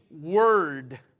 word